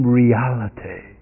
reality